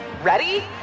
Ready